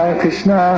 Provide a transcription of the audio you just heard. Krishna